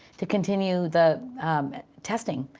to continue the testing.